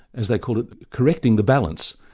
as they call it, correcting the balance,